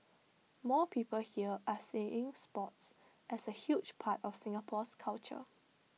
more people here are seeing sports as A huge part of Singapore's culture